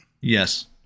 Yes